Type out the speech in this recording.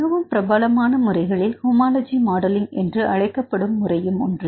மிகவும் பிரபலமான முறைகளில் ஹோமோலஜி மாடலிங் என்று அழைக்கப்படும் முறையும் ஒன்று